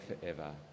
forever